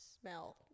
smell